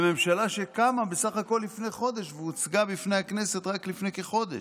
לממשלה שקמה בסך הכול לפני כחודש והוצגה בפני הכנסת רק לפני כחודש.